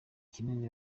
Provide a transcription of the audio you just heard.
kinini